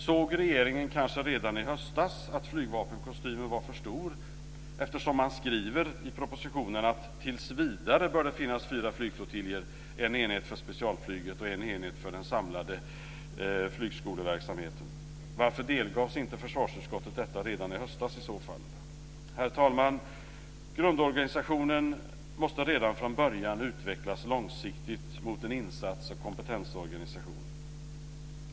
Såg regeringen kanske redan i höstas att flygvapenkostymen var för stor, eftersom man i propositionen skriver att det tills vidare bör finnas fyra flygflottiljer, en enhet för specialflyget och en enhet för den samlade flygskoleverksamheten? Varför delgavs inte försvarsutskottet detta redan i höstas i så fall? Herr talman! Grundorganisationen måste redan från början utvecklas långsiktigt mot en insats och kompetensorganisation.